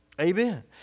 Amen